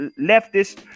leftist